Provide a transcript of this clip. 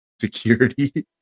security